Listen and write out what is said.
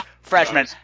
freshmen